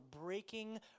breaking